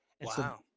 Wow